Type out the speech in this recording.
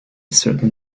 certain